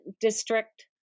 District